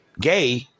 gay